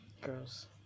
Girls